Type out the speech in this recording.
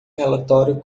relatório